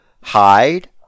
hide